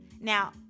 Now